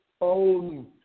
own